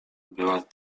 była